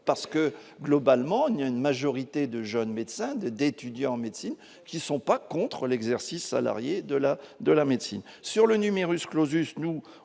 parce que globalement il y a une majorité de jeunes médecins des d'étudiants en médecine qui sont pas contre l'exercice salarié de la de la médecine sur le numerus clausus, nous